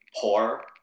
poor